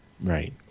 Right